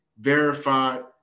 verified